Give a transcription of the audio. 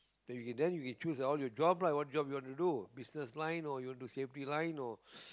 then you can choose all your job lah what job you wanna do business line or you want to safety line or